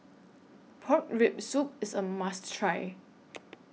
Pork Rib Soup IS A must Try